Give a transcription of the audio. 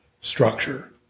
structure